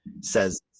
says